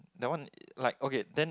that one like okay then